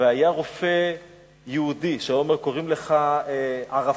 והיה רופא יהודי שהיה אומר: קוראים לך ערפאת,